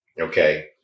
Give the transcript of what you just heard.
Okay